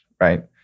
right